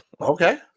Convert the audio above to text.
okay